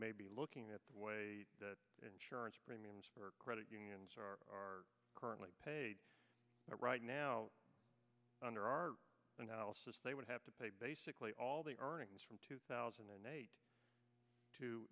may be looking at the way that insurance premiums for credit unions are currently paid right now under our analysis they would have to pay basically all the earnings from two thousand and eight to